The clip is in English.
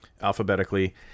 alphabetically